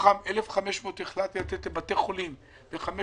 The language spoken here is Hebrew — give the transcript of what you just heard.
מתוכן החלטנו לתת 1,500 לבתי חולים ו-500